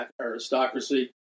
aristocracy